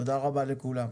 תודה רבה לכולם.